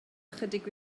ychydig